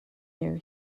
year